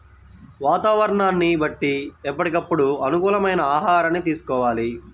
వాతావరణాన్ని బట్టి ఎప్పటికప్పుడు అనుకూలమైన ఆహారాన్ని తీసుకోవాలి